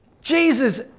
Jesus